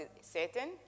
Satan